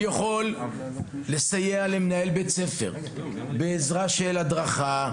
אני יכול לסייע למנהל בית ספר בתחומי ההדרכה,